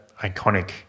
iconic